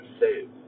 save